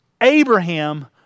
Abraham